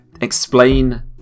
explain